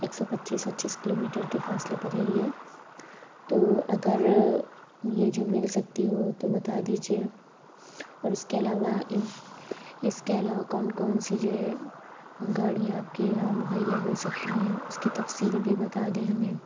ایک سو پچیس وچیس کلو میٹر کے فاصلے پر ہے یہ تو اگر یہ جو مل سکتی ہو تو بتا دیجیے اور اس کے علاوہ اس کے علاوہ کون کون سی جو ہے گاڑیاں آپ کے یہاں مہیا ہو سکتی ہیں اس کی تفصیل بھی بتا دیں ہمیں